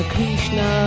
Krishna